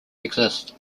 exist